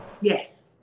Yes